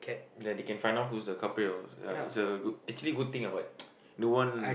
then they can find out who's the culprit or ya it's a good actually good thing ah but don't want